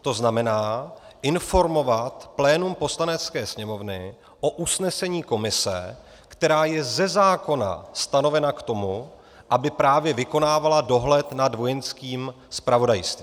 To znamená, informovat plénum Poslanecké sněmovny o usnesení komise, která je ze zákona stanovena k tomu, aby právě vykonávala dohled nad Vojenským zpravodajstvím.